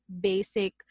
basic